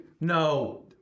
No